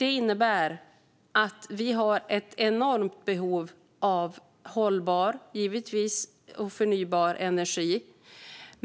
Detta innebär att vi har ett enormt behov av, givetvis, hållbar och förnybar energi.